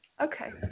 Okay